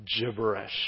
gibberish